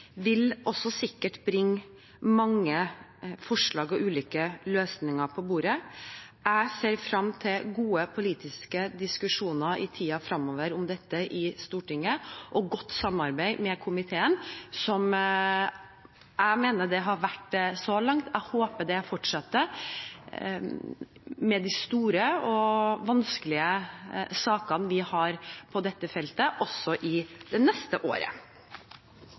vil også sikkert bringe mange forslag og ulike løsninger på bordet. Jeg ser frem til gode politiske diskusjoner om dette i tiden fremover i Stortinget og godt samarbeid med komiteen, som jeg mener det har vært så langt. Jeg håper det fortsetter med de store og vanskelige sakene vi har på dette feltet, også i det neste året.